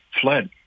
fled